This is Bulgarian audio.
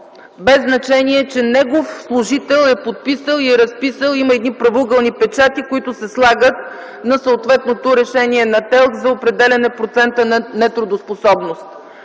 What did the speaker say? без значение, че негов служител е подписал и разписал Има едни правоъгълни печати, които се слагат на съответното решение на ТЕЛК за определяне процента на нетрудоспособност.